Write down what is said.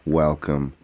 welcome